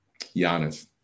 Giannis